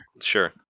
Sure